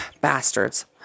bastards